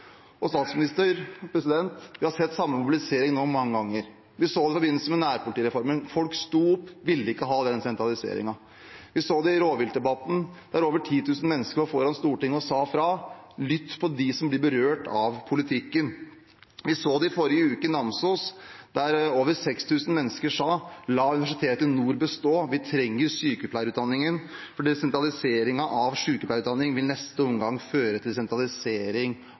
Statsminister, president, vi har sett samme mobilisering mange ganger nå. Vi så det i forbindelse med nærpolitireformen. Folk sto opp, de ville ikke ha den sentraliseringen. Vi så det i rovviltdebatten, der over 10 000 mennesker var foran Stortinget og sa fra: Lytt til dem som blir berørt av politikken. Vi så det i forrige uke i Namsos, der over 6 000 mennesker sa: La Nord universitet bestå, vi trenger sykepleierutdanningen fordi sentralisering av den i neste omgang vil føre til sentralisering av sykehuset. Folk vil ikke ha sentralisering.